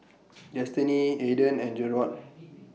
Destinee Aedan and Jerrod